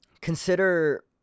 consider